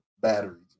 batteries